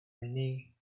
renee